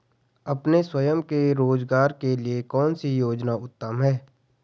अपने स्वयं के रोज़गार के लिए कौनसी योजना उत्तम है?